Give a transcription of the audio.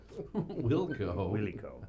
Wilco